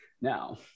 Now